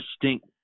distinct